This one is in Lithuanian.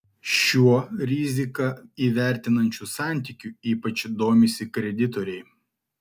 šiuo riziką įvertinančiu santykiu ypač domisi kreditoriai